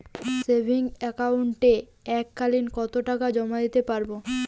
Savings একাউন্টে এক কালিন কতটাকা জমা দিতে পারব?